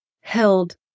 held